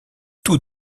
tous